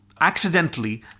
accidentally